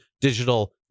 digital